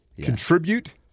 Contribute